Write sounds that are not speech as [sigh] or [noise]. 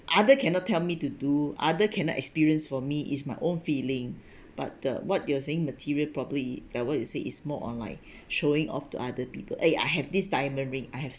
other cannot tell me to do other cannot experience for me is my own feeling [breath] but the what you're saying material probably like what you say is more on like [breath] showing off to other people eh I have this diamond ring I have